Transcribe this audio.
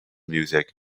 music